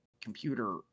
computer